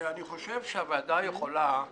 שאני חושב שהוועדה יכולה